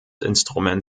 instrument